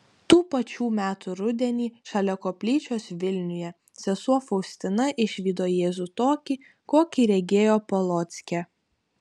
tų pačių metų rudenį šalia koplyčios vilniuje sesuo faustina išvydo jėzų tokį kokį regėjo polocke